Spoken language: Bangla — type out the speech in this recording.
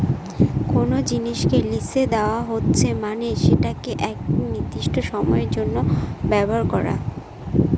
কোনো জিনিসকে লিসে দেওয়া হচ্ছে মানে সেটাকে একটি নির্দিষ্ট সময়ের জন্য ব্যবহার করা